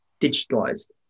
digitized